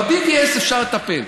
ב-BDS אפשר לטפל.